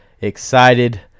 excited